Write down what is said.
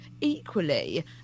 equally